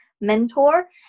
mentor